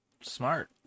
smart